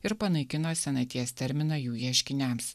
ir panaikino senaties terminą jų ieškiniams